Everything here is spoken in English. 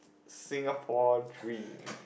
Singapore dream